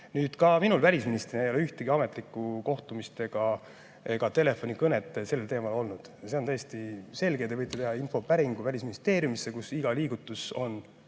tea. Nüüd, ka minul välisministrina ei ole ühtegi ametlikku kohtumist ega telefonikõnet sel teemal olnud. See on tõesti nii, te võite teha infopäringu Välisministeeriumisse, kus iga liigutus on